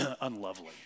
unlovely